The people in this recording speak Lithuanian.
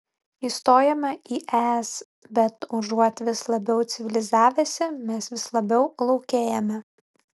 įstojome į es bet užuot vis labiau civilizavęsi mes vis labiau laukėjame